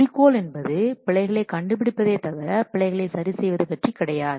குறிக்கோள் என்பது பிழைகள் கண்டுபிடிப்பதே தவிர பிழைகள் சரி செய்வது பற்றி கிடையாது